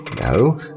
No